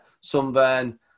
sunburn